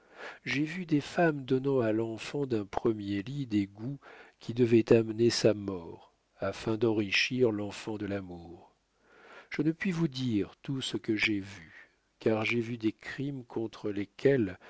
j'ai vu des femmes donnant à l'enfant d'un premier lit des goûts qui devaient amener sa mort afin d'enrichir l'enfant de l'amour je ne puis vous dire tout ce que j'ai vu car j'ai vu des crimes contre lesquels